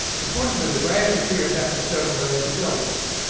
important with a rash appears after several days of illness,